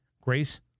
Grace